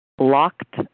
locked